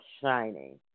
shining